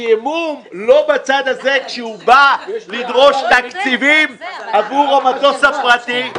השעמום לא בצד הזה כשהוא בא לדרוש תקציבים עבור המטוס הפרטי.